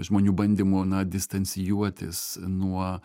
žmonių bandymu na distancijuotis nuo